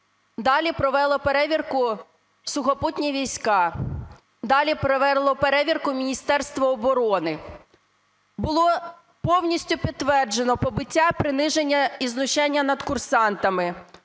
Далі провели перевірку Сухопутні війська, далі провело перевірку Міністерство оборони. Було повністю підтверджено побиття, приниження і знущання над курсантами,